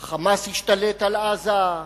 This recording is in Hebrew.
ה"חמאס" השתלט על עזה,